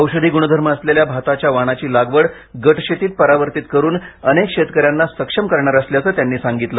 औषधी गुणधर्म असलेल्या भाताच्या वाणाची लागवड गट शेतीत परावर्तित करून अनेक शेतकऱ्यांना सक्षम करणार असल्याचं त्यांनी सांगितलं